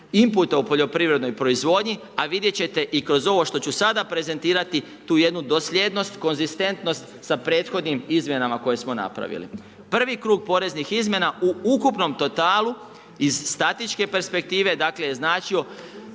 inputa u poljoprivrednoj proizvodnji a vidjet ćete i kroz ovo što ću sada prezentirati, tu jednu dosljednost, konzistentnost sa prethodnim izmjenama koje smo napravili. Prvi krug poreznih izmjena u ukupnom totalu iz statičke perspektive je značio